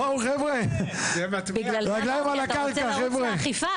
רגליים על הקרקע חבר'ה.